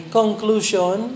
conclusion